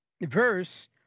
verse